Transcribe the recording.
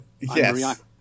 Yes